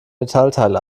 metallteil